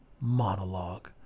monologue